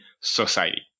Society